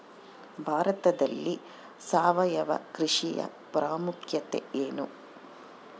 ಭಾರತದಲ್ಲಿ ಸಾವಯವ ಕೃಷಿಯ ಪ್ರಾಮುಖ್ಯತೆ ಎನು?